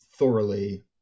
Thoroughly